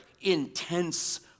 intense